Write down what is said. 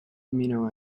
amino